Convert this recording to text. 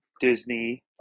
Disney